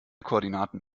koordinaten